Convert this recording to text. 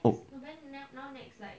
oh